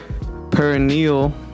perennial